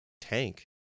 tank